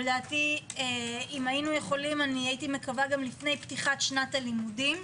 לו יכולנו הייתי מקווה לפני פתיחת שנת הלימודים.